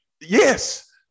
Yes